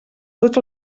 tots